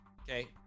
Okay